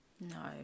no